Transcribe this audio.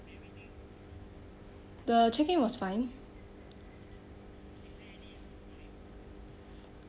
the check in was fine